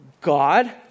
God